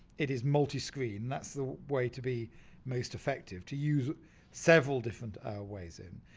it is multi screen, that's the way to be most effective, to use several different ways in.